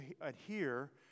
adhere